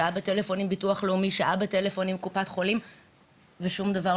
שעה עם הביטוח הלאומי ושעה עם קופת החולים,